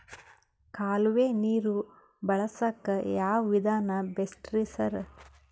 ಕಾಲುವೆ ನೀರು ಬಳಸಕ್ಕ್ ಯಾವ್ ವಿಧಾನ ಬೆಸ್ಟ್ ರಿ ಸರ್?